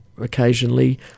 Occasionally